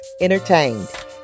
entertained